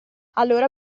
allora